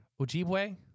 Ojibwe